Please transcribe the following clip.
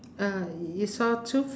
uh you saw two